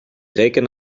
reken